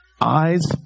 eyes